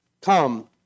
come